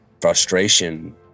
frustration